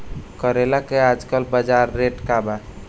करेला के आजकल बजार रेट का बा?